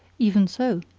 even so.